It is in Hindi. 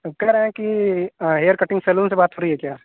हम कह रहे हैं कि हेयर कटिंग सलून से बात हो रही है क्या